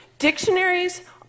Dictionaries